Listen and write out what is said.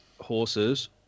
horses